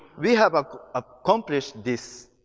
we have accomplished this